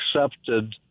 accepted